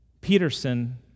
Peterson